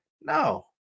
No